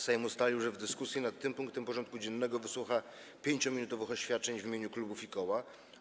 Sejm ustalił, że w dyskusji nad tym punktem porządku dziennego wysłucha 5-minutowych oświadczeń w imieniu klubów i koła.